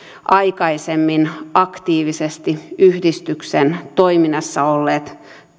aikaisemmin aktiivisesti yhdistyksen toiminnassa olleet